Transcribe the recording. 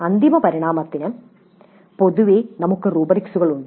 അന്തിമ പരിണാമത്തിന് പൊതുവെ നമുക്ക് റുബ്രിക്സുകൾ ഉണ്ട്